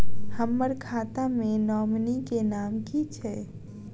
हम्मर खाता मे नॉमनी केँ नाम की छैय